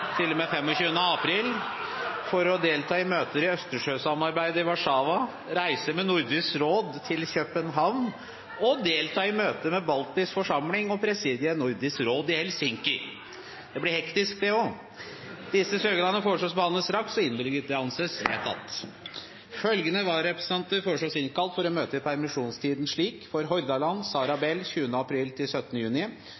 med 25. april for å delta i møter i Østersjøsamarbeidet i Warszawa, reise med Nordisk råd til København og delta i møter med Baltisk forsamling og presidiet i Nordisk råd i Helsinki, det blir hektisk det også Etter forslag fra presidenten ble enstemmig besluttet: Søknadene behandles straks og innvilges. Følgende vararepresentanter innkalles for å møte i permisjonstiden: For Hordaland: Sara